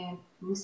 מיקום.